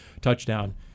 touchdown